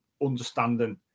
understanding